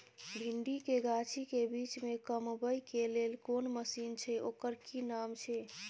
भिंडी के गाछी के बीच में कमबै के लेल कोन मसीन छै ओकर कि नाम छी?